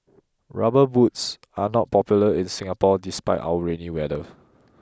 rubber boots are not popular in Singapore despite our rainy weather